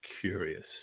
curious